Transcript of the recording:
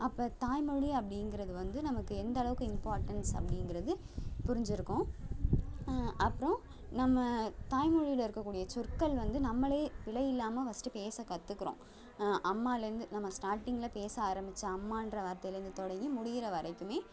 அப்போ தாய் மொழி அப்படீங்கிறது வந்து நமக்கு எந்தளவுக்கு இம்பார்ட்டென்ஸ் அப்படீங்கிறது புரிஞ்சிருக்கும் அப்புறம் நம்ம தாய் மொழியில் இருக்கக்கூடிய சொற்கள் வந்து நம்மளே பிழை இல்லாமல் ஃபஸ்ட்டு பேச கற்றுக்குறோம் அம்மாலேருந்து நம்ம ஸ்டாட்டிங்கில் பேச ஆரம்பித்த அம்மான்ற வார்த்தையிலேருந்து தொடங்கி முடிகிற வரைக்குமே